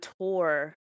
tour